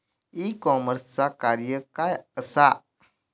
E कॉमर्सचा कार्य काय असा?